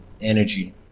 Energy